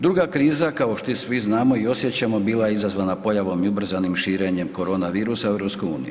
Druga kriza kao što svi znamo i osjećamo bila je izazvana pojavom i ubrzanim širenjem korona virusa u EU.